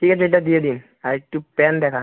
ঠিক আছে এটা দিয়ে দিন আর একটু প্যান্ট দেখান